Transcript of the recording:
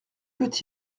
peut